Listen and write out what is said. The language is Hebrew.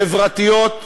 חברתיות,